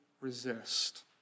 resist